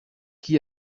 qui